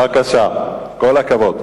בבקשה, נא להצביע.